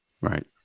Right